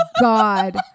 god